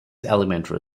elementary